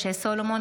משה סולומון,